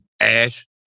Ash